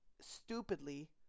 stupidly